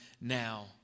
now